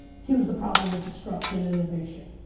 here's the problem with disruption and innovation.